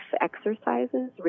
exercises